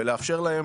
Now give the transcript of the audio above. ולאפשר להם,